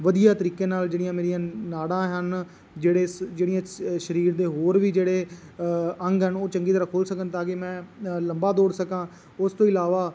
ਵਧੀਆ ਤਰੀਕੇ ਨਾਲ ਜਿਹੜੀਆਂ ਮੇਰੀਆਂ ਨਾੜਾਂ ਹਨ ਜਿਹੜੇ ਜਿਹੜੀਆਂ ਸਰੀਰ ਦੇ ਹੋਰ ਵੀ ਜਿਹੜੇ ਅੰਗ ਹਨ ਉਹ ਚੰਗੀ ਤਰ੍ਹਾਂ ਖੁੱਲ੍ਹ ਸਕਣ ਤਾਂ ਕਿ ਮੈਂ ਲੰਬਾ ਦੌੜ ਸਕਾਂ ਉਸ ਤੋਂ ਇਲਾਵਾ